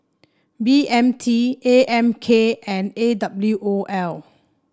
B M T A M K and A W O L